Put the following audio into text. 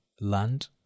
land